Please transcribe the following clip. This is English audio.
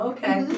Okay